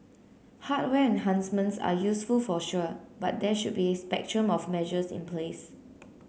hardware enhancements are useful for sure but there should be a spectrum of measures in place